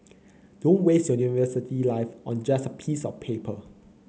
don't waste your university life on just a piece of paper